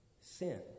sin